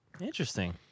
Interesting